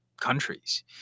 countries